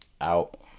out